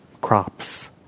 crops